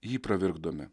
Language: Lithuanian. jį pravirkdome